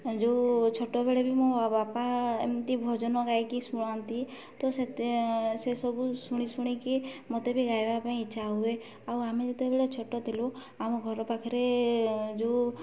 ଯେଉଁ ଛୋଟବେଳେ ବି ମୋ ବାପା ଏମିତି ଭଜନ ଗାଇକି ଶୁଣାନ୍ତି ତ ସେତେ ସେସବୁ ଶୁଣି ଶୁଣିକି ମୋତେ ବି ଗାଇବା ପାଇଁ ଇଚ୍ଛା ହୁଏ ଆଉ ଆମେ ଯେତେବେଳେ ଛୋଟ ଥିଲୁ ଆମ ଘର ପାଖରେ ଯୋଉ